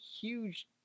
huge